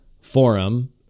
forum